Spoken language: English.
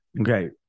Okay